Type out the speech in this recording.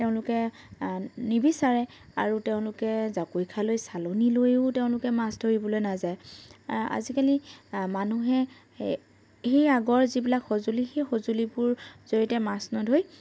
তেওঁলোকে নিবিচাৰে আৰু তেওঁলোকে জাকৈ খালৈ চালনীলৈও তেওঁলোকে মাছ ধৰিবলৈ নাযায় আজিকালি মানুহে সেই সেই আগৰ যিবিলাক সঁজুলি সেই সঁজুলিবোৰৰ জৰিয়তে মাছ নধৰি